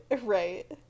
right